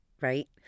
right